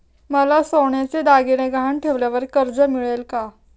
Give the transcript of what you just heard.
मला सोन्याचे दागिने गहाण ठेवल्यावर कर्ज मिळेल का?